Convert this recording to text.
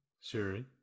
Siri